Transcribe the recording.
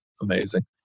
amazing